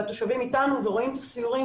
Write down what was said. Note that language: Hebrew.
התושבים אתנו ורואים סיורים